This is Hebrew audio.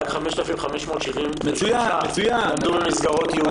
רק 5,576 למדו במסגרות ייעודיות.